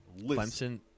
Clemson